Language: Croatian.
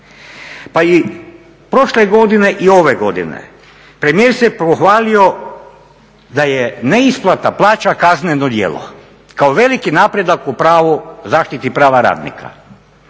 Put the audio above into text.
Pa i prošle godine, i ove godine, premijer se pohvalio da je neisplata plaća kazneno djelo kao veliki napredak u zaštiti prava radnika.